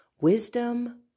Wisdom